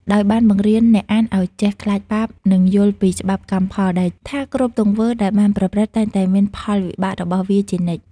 ដោយបានបង្រៀនអ្នកអានឲ្យចេះ ខ្លាចបាប និងយល់ពី ច្បាប់កម្មផល ដែលថាគ្រប់ទង្វើដែលបានប្រព្រឹត្តតែងតែមានផលវិបាករបស់វាជានិច្ច។